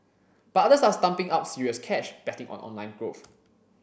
but others are stumping up serious cash betting on online growth